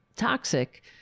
toxic